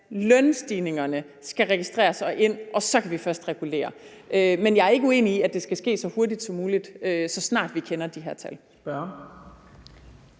lønstigningerne skal registreres og indregnes, og så kan vi først regulere. Men jeg er ikke uenig i, at det skal ske så hurtigt som muligt, så snart vi kender de her tal.